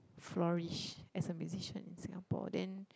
flourish as a musician in Singapore then